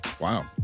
Wow